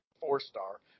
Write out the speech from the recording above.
four-star